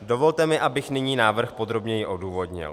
Dovolte mi, abych nyní návrh podrobněji odůvodnil.